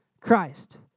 Christ